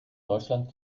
deutschland